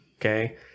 okay